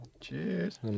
Cheers